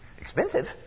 expensive